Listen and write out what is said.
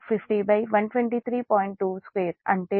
99 p